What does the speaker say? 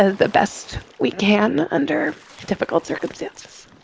ah the best we can under difficult circumstances